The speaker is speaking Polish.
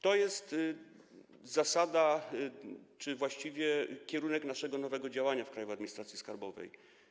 To jest zasada czy właściwie kierunek naszego nowego działania w Krajowej Administracji Skarbowej.